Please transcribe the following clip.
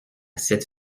cette